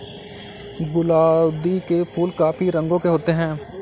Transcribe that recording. गुलाउदी के फूल काफी रंगों के होते हैं